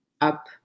up